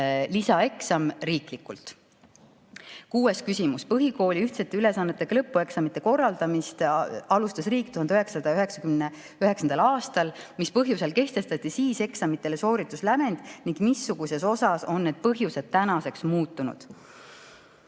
lisaeksam. Kuues küsimus: "Põhikooli ühtsete ülesannetega lõpueksamite korraldamist alustas riik 1999. aastal. Mis põhjusel kehtestati siis eksamitele soorituslävend ning missuguses osas on need põhjused tänaseks muutunud?"